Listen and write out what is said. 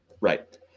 Right